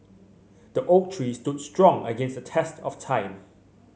the oak tree stood strong against the test of time